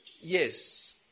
Yes